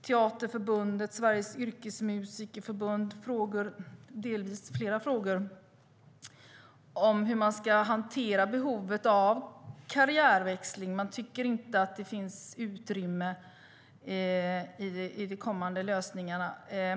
Teaterförbundet och Sveriges Yrkesmusikerförbund ställer frågor om hur behovet av karriärväxling ska hanteras. Man tycker inte att det finns utrymme i de kommande lösningarna.